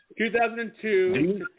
2002